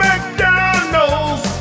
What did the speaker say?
McDonald's